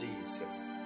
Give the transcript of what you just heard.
Jesus